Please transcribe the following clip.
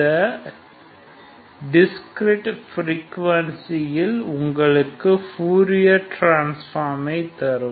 இந்த discrete frequency உங்களுக்கு Fourier டிரான்ஸ்பார்மை தரும்